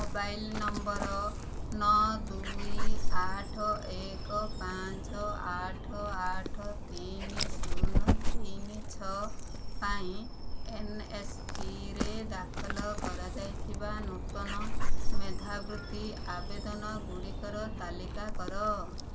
mobile number ନଅ ଦୁଇ ଆଠ ଏକ ପାଞ୍ଚ ଆଠ ଆଠ ତିନି ଶୂନ ତିନି ଛଅ ପାଇଁ ଏନ୍ଏସ୍ପିରେ ଦାଖଲ କରାଯାଇଥିବା ନୂତନ ମେଧାବୃତ୍ତି ଆବେଦନ ଗୁଡ଼ିକର ତାଲିକା କର